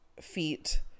feet